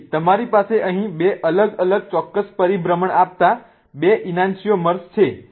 તેથી તમારી પાસે અહીં બે અલગ અલગ ચોક્કસ પરિભ્રમણ આપતા બે ઈનાન્સિઓમર્સ છે